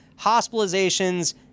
hospitalizations